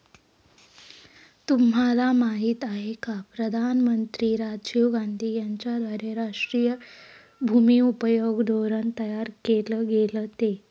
तुम्हाला माहिती आहे का प्रधानमंत्री राजीव गांधी यांच्याद्वारे राष्ट्रीय भूमि उपयोग धोरण तयार केल गेलं ते?